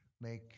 make